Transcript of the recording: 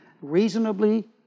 reasonably